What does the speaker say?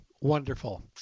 Wonderful